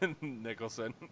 nicholson